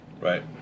Right